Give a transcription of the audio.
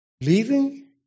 leaving